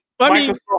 Microsoft